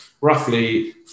roughly